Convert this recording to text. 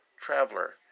traveler